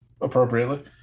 appropriately